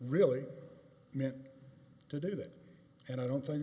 really meant to do that and i don't think